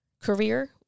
career